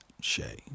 Shay